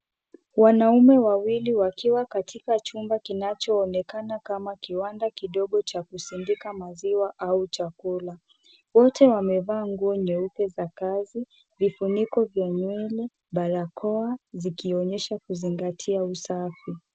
Wanaume wawili wakiwa katika chumba kinachoonekana kama kiwanda kidogo cha kuzindika maziwa au chakula .wote wamevaa nguo nyeupe za kazi, vifuniko vya nywele, barakoa zikionyesha kuzingatia usafi.